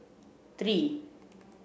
three